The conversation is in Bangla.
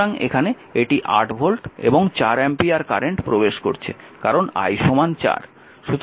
সুতরাং এখানে এটি 8 ভোল্ট এবং 4 অ্যাম্পিয়ার কারেন্ট প্রবেশ করছে কারণ I 4